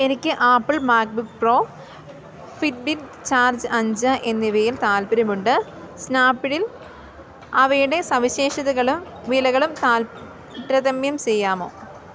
എനിക്ക് Apple MacBook Pro Fitbit charge അഞ്ച് എന്നിവയിൽ താൽപ്പര്യമുണ്ട് സ്നാപ്പ്ഡിൽ അവയുടെ സവിശേഷതകളും വിലകളും താരതമ്യം ചെയ്യാമോ